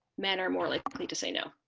men are more like likely to say no